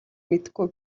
мэдэхгүй